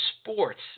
sports